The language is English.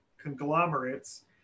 conglomerates